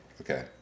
Okay